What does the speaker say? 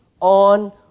on